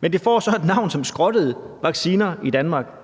men det får så navnet skrottet vaccine i Danmark.